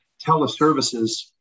teleservices